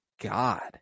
God